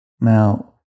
Now